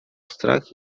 strach